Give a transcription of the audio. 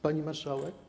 Pani Marszałek!